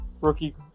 rookie